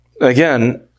again